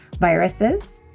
viruses